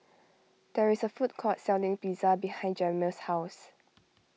there is a food court selling pizza behind Jamil's house